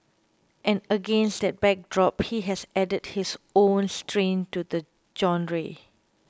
and against that backdrop he has added his own strain to the genre